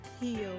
heal